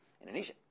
Indonesia